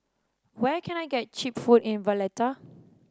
where can I get cheap food in Valletta